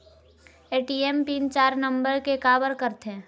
ATM PIN चार number के काबर करथे?